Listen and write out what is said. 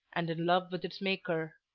and in love with its maker.